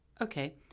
Okay